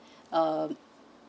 uh